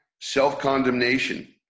self-condemnation